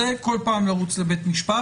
זה כל פעם לרוץ לבית המשפט.